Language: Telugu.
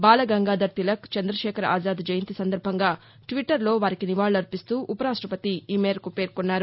బాలగంగాధర్ తిలక్ చంద్రశేఖర్ ఆజాద్ జయంతి సందర్భంగా ట్విట్టర్లో వారికి నివాళులర్బిస్తూ ఉపరాష్టపతి ఈ మేరకు పేర్కొన్నారు